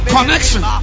Connection